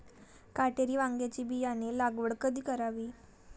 काटेरी वांग्याची बियाणे लागवड कधी करावी?